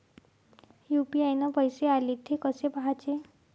UPI न पैसे आले, थे कसे पाहाचे?